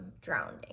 drowning